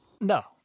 No